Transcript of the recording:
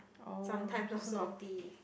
oh no naughty